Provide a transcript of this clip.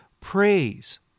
praise